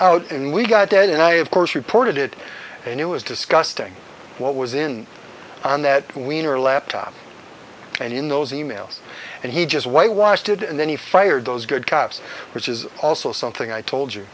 out and we got down and i of course reported it and it was disgusting what was in on that wiener laptop and in those e mails and he just whitewash did and then he fired those good cops which is also something i told you